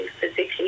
physically